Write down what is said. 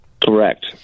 Correct